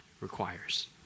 requires